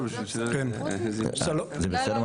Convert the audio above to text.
אומר